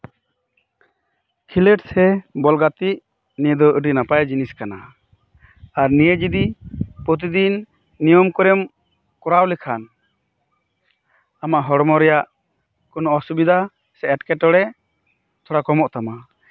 ᱠᱷᱮᱞᱳᱰ ᱥᱮ ᱵᱚᱞ ᱜᱟᱛᱮᱜ ᱱᱤᱭᱟᱹ ᱫᱚ ᱟᱹᱰᱤ ᱱᱟᱯᱟᱭ ᱡᱤᱱᱤᱥ ᱠᱟᱱᱟ ᱟᱨ ᱱᱤᱭᱟᱹ ᱡᱚᱫᱤ ᱯᱨᱚᱛᱤᱫᱤᱱ ᱱᱤᱭᱚᱢ ᱠᱚᱨᱮᱢ ᱠᱚᱨᱟᱣ ᱞᱮᱠᱷᱟᱱ ᱟᱢᱟᱜ ᱦᱚᱲᱢᱚ ᱨᱮᱭᱟᱜ ᱚᱥᱩᱵᱤᱫᱷᱟ ᱥᱮ ᱮᱴᱠᱮᱴᱚᱲᱮ ᱛᱷᱚᱲᱟ ᱠᱚᱢᱚᱜ ᱛᱟᱢᱟ